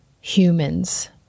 humans